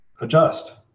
adjust